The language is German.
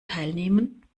teilnehmen